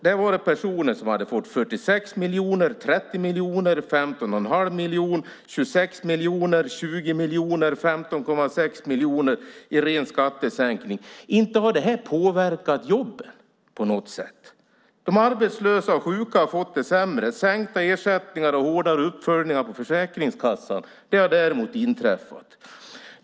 Där var det personer som hade fått 46 miljoner, 30 miljoner, 15 1⁄2 miljoner, 26 miljoner, 20 miljoner och 15,6 miljoner i ren skattesänkning. Inte har det påverkat jobben på något sätt. Det har däremot inträffat att de arbetslösa och sjuka har fått det sämre med sänkta ersättningar och hårdare uppföljningar på Försäkringskassan.